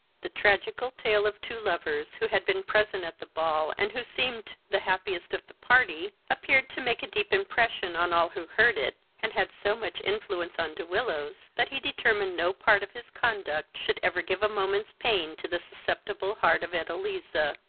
the tragical tale of two lovers, who had been present at the ball, and who seemed the happiest of the party, appeared to make a deep impressions on all who heard it, and had so much influence on de willows, that he determined no part of his conduct should ever give a moment's pain to the susceptible heart of edeliza,